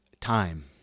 time